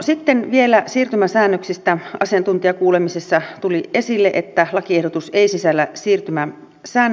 sitten vielä siirtymäsäännöksistä asiantuntijakuulemisessa tuli esille että lakiehdotus ei sisällä siirtymäsäännöksiä